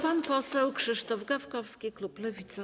Pan poseł Krzysztof Gawkowski, klub Lewica.